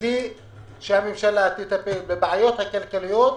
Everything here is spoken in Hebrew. שבלי שהממשלה תטפל בבעיות הכלכליות,